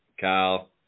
Kyle